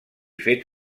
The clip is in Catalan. fet